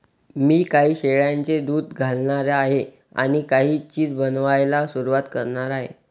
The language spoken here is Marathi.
मी काही शेळ्यांचे दूध घालणार आहे आणि काही चीज बनवायला सुरुवात करणार आहे